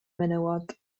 menywod